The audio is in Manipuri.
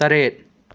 ꯇꯔꯦꯠ